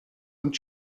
und